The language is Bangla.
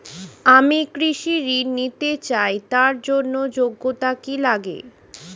আমি কৃষি ঋণ নিতে চাই তার জন্য যোগ্যতা কি লাগে?